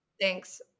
Thanks